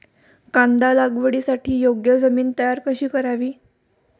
कांदा लागवडीसाठी योग्य जमीन तयार कशी करावी?